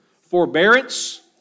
Forbearance